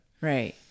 Right